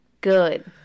good